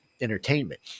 entertainment